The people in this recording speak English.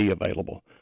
available